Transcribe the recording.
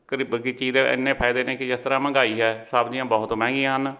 ਘਰੇ ਬਗੀਚੀ ਦੇ ਇੰਨੇ ਫਾਇਦੇ ਨੇ ਕਿ ਜਿਸ ਤਰ੍ਹਾਂ ਮਹਿੰਗਾਈ ਹੈ ਸਬਜ਼ੀਆਂ ਬਹੁਤ ਮਹਿੰਗੀਆਂ ਹਨ